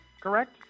correct